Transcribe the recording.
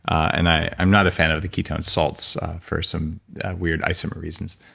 and i'm not a fan of the ketone salts for some weird isomer reasons.